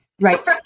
right